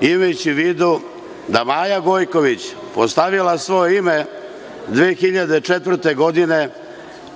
u vidu da je Maja Gojković postavila svoje ime 2004. godine